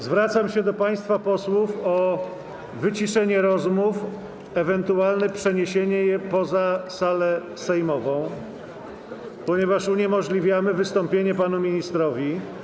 Zwracam się do państwa posłów o wyciszenie rozmów, ewentualnie przeniesienie ich poza salę sejmową, ponieważ uniemożliwiamy wystąpienie panu ministrowi.